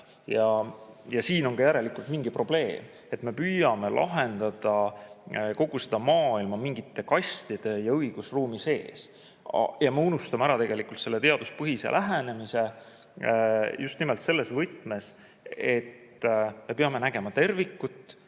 Siin on järelikult mingi probleem. Me püüame lahendada kogu seda maailma mingite kastide ja õigusruumi sees. Aga me unustame ära selle teaduspõhise lähenemise, just nimelt selles võtmes, et me peame nägema tervikut